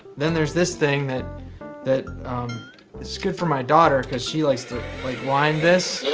then there is this thing that that is good for my daughter because she likes to like wind this.